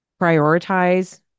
prioritize